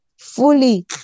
fully